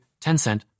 Tencent